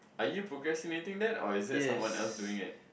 are you procrastinating that or is that someone doing it